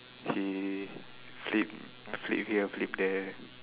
he flip flip here flip there